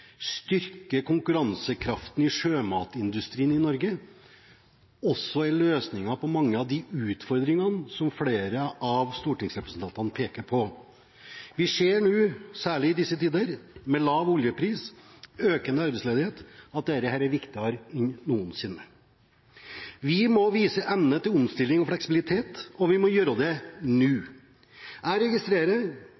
styrke konkurransekraften i sjømatindustrien i Norge – også er løsningen på mange av de utfordringene som flere av stortingsrepresentantene peker på. Vi ser nå, særlig i disse tider, med lav oljepris og økende arbeidsledighet, at dette er viktigere enn noensinne. Vi må vise evne til omstilling og fleksibilitet, og vi må gjøre det nå.